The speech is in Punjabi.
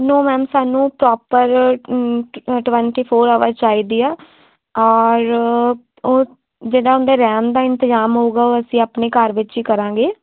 ਨੋ ਮੈਮ ਸਾਨੂੰ ਪ੍ਰੋਪਰ ਟ ਟਵੰਟੀ ਫੋਰ ਆਵਰ ਚਾਹੀਦੇ ਆ ਔਰ ਉਹ ਜਿਹੜਾ ਉਹਦੇ ਰਹਿਣ ਦਾ ਇੰਤਜ਼ਾਮ ਹੋਊਗਾ ਉਹ ਅਸੀਂ ਆਪਣੇ ਘਰ ਵਿੱਚ ਹੀ ਕਰਾਂਗੇ